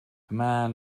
man